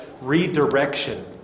redirection